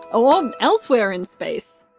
ah um elsewhere in space.